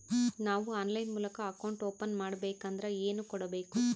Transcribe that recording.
ನಾವು ಆನ್ಲೈನ್ ಮೂಲಕ account open ಮಾಡಬೇಂಕದ್ರ ಏನು ಕೊಡಬೇಕು?